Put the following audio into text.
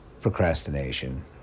procrastination